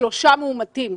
יש לו שלושה מאומתים.